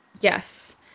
Yes